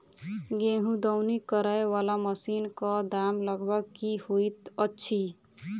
गेंहूँ दौनी करै वला मशीन कऽ दाम लगभग की होइत अछि?